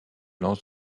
lance